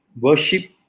worship